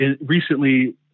recently